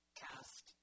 cast